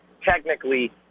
technically